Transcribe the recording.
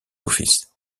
office